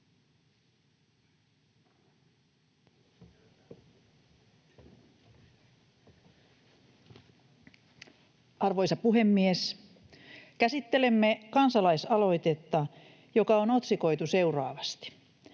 Arvoisa puhemies! Käsittelemme kansalaisaloitetta, joka on otsikoitu seuraavasti: